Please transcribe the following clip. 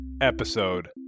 episode